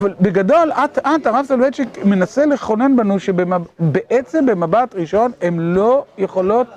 אבל בגדול, את אמרת לנו את שמנסה לכונן בנו שבעצם, במבט ראשון, הן לא יכולות...